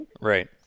right